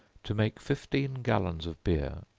to make fifteen gallons of beer,